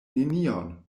nenion